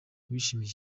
ntibishimiye